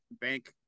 bank